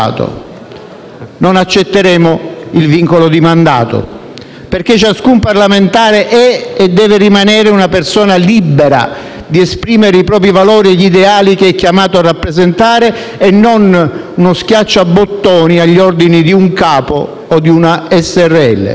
Non accetteremo il vincolo di mandato, perché ciascun parlamentare è e deve rimanere una persona libera di esprimere i propri valori e gli ideali che è chiamato a rappresentare e non uno schiacciabottoni agli ordini di un capo o di una SrL.